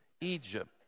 Egypt